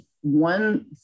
one